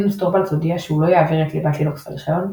לינוס טורבאלדס הודיע שהוא לא יעביר את ליבת לינוקס לרישיון,